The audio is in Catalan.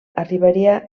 arribaria